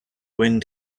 wind